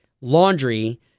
laundry